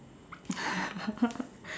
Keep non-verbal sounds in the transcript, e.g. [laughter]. [laughs]